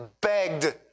begged